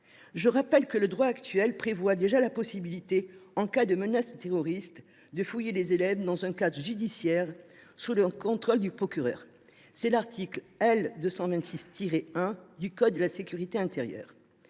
inadaptée : le droit actuel donne déjà la possibilité, en cas de menace terroriste, de fouiller les élèves dans un cadre judiciaire, sous le contrôle du procureur, conformément à l’article L. 226 1 du code de la sécurité intérieure.